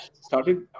started